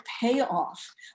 payoff